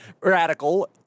radical